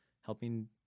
helping